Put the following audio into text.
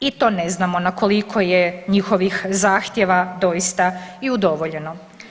I to ne znamo na koliko je njihovih zahtjeva doista i udovoljeno.